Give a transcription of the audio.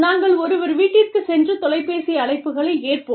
நாங்கள் ஒருவர் வீட்டிற்குச் சென்று தொலைபேசி அழைப்புகளைப் ஏற்போம்